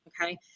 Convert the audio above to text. okay